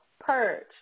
purge